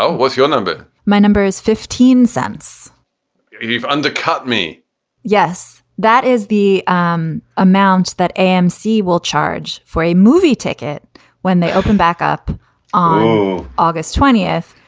oh, what's your number? my number is fifteen cents you've undercut me yes. that is the um amount that amc will charge for a movie ticket when they open back up on august twentieth,